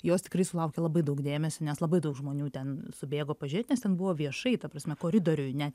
jos tikrai sulaukė labai daug dėmesio nes labai daug žmonių ten subėgo pažiūrėt nes ten buvo viešai ta prasme koridoriuj net